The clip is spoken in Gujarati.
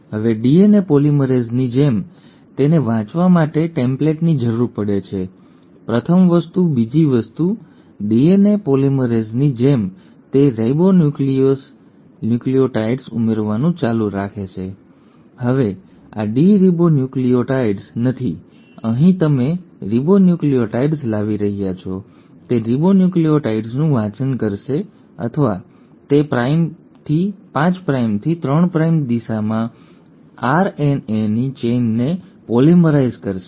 હવે ડીએનએ પોલિમરેઝની જેમ તેને વાંચવા માટે ટેમ્પલેટની જરૂર પડે છે પ્રથમ વસ્તુ બીજી વસ્તુ ડીએનએ પોલિમરેઝની જેમ તે રાઇબોન્યુક્લિઓટાઇડ્સ ઉમેરવાનું ચાલુ રાખશે હવે આ ડીઓક્સિરીબોન્યુક્લિઓટાઇડ્સ નથી અહીં તમે રિબોનક્લિઓટાઇડ્સ લાવી રહ્યા છો તે રાઇબોનક્લિઓટાઇડ્સનું વાંચન કરશે અથવા તે 5 પ્રાઇમથી 3 પ્રાઇમ દિશામાં આરએનએની ચેઇનને પોલિમરાઇઝ કરશે